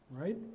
Right